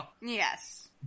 Yes